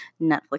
Netflix